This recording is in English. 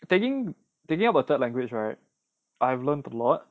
taking taking up a third language right I've learnt a lot